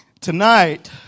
Tonight